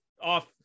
off